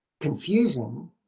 confusing